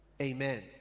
amen